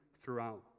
throughout